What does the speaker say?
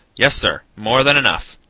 yes, sir more than enough.